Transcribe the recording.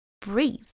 breathe